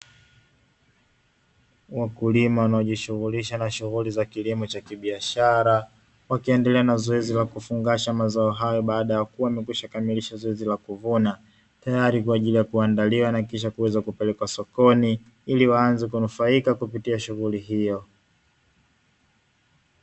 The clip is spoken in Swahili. Wakulima wanaojishughulisha na shughuli za kilimo cha kibiashara, wakiendelea na zoezi la kufungasha mazao hayo, baada ya kuwa wamekwisha kamilisha zoezi la kuvuna, tayari kwa ajili ya kuandaliwa na kisha kuweza kupelekwa sokoni, ili waanze kunufaika kupitia shughuli hiyo.